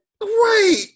Wait